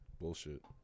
Bullshit